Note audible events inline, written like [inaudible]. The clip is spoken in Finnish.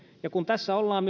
ja kun tässä ollaan [unintelligible]